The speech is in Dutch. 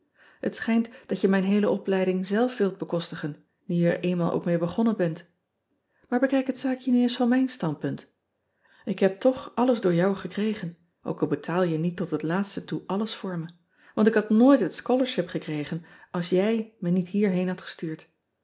et schijnt dat je mijn heele opleiding zelf wilt bekostigen nu je er eenmaal ook mee begonnen bent blaar bekijk het zaakje nu eens van mijn standpunt k heb toch alles door jou gekregen ook al betaal je niet tot het laatste toe alles voor me want ik had nooit het scholarship gekregen als jij me niet hierheen had gestuurd